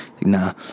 Nah